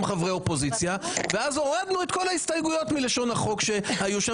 חברי אופוזיציה ואז הורדנו את כל ההסתייגויות מלשון החוק שהיו שם